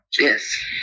Yes